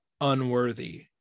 unworthy